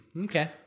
Okay